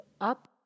up